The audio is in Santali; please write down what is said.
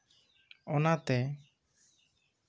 ᱚᱱᱟᱛᱮ